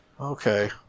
Okay